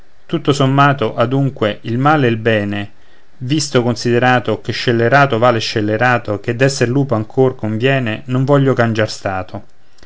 tutto sommato adunque il male e il bene visto considerato che scellerato vale scellerato e che d'essere lupo ancor conviene non voglio cangiar stato